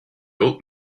old